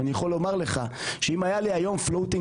אבל אני יכול לומר לך שאם היה לי היום lng floating